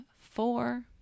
four